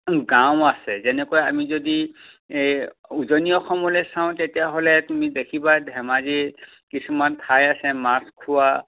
গাঁও আছে যেনেকুৱা আমি যদি এই উজনি অসমলৈ চাওঁ তেতিয়াহ'লে তুমি দেখিবা ধেমাজীৰ কিছুমান ঠাই আছে মাছখোৱা